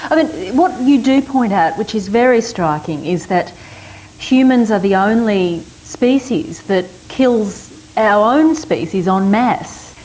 i mean what you do point out which is very striking is that humans are the only species that kills our own species en mass.